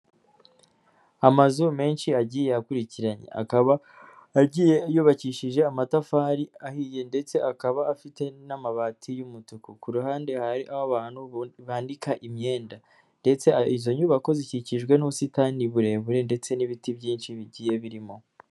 Amazu menshi agiye akurikiranye akaba agiye yubakishije amatafari ahiye ndetse akaba afite n'amabati y'umutuku, ku ruhande hari aho abantu banika imyenda ndetse izo nyubako zikikijwe n'ubusitani burebure ndetse n'ibiti byinshi bigiye birimo.